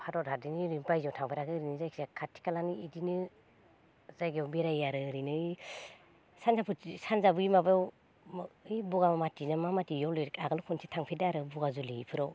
भारत हादोरनि ओरैनो बायजोआव थांफेराखै ओरैनो जायखिया खाथि खालानि इदिनो जायगायाव बेरायो आरो ओरैनो सानजाफोर सानजा बै माबायाव ओइ बगामाथि ना मा माथि बियाव आगोलाव खनसे थांफेरदों आरो बगाजुलि इफोराव